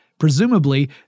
Presumably